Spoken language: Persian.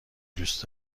دوست